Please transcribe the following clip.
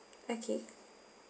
okay